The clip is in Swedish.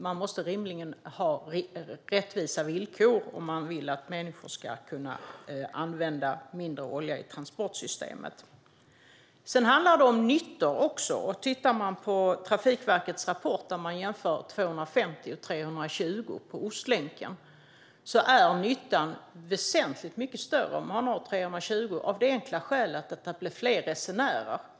Man måste rimligen ha rättvisa villkor om man vill att människor ska använda mindre olja i transportsystemet. Det handlar också om nyttor. Om man tittar i Trafikverkets rapport där man jämför hastigheterna 250 och 320 kilometer i timmen på Ostlänken kan man se att nyttan är väsentligt större om man kör 320 kilometer i timmen av det enkla skälet att det blir fler resenärer.